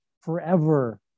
forever